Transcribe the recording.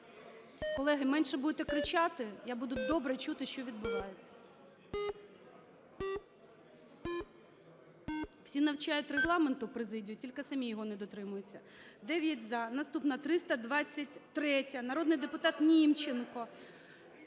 Колеги, менше будете кричати - я буду добре чути, що відбувається. Всі навчають Регламенту президію, тільки самі його не дотримуються. 11:27:23 За-9 Наступна - 323-я, народний депутат Німченко.